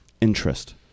interest